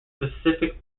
specific